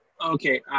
Okay